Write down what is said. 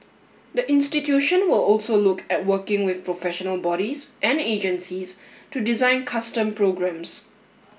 the institution will also look at working with professional bodies and agencies to design custom programmes